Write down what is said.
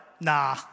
nah